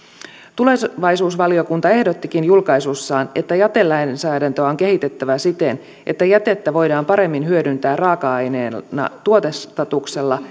tulevaisuusvaliokunta ehdottikin julkaisussaan että jätelainsäädäntöä on kehitettävä siten että jätettä voidaan paremmin hyödyntää raaka aineena tuotestatuksella